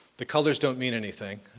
the colors don't mean anything.